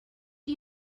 you